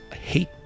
hate